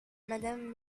madame